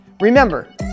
Remember